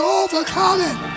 overcoming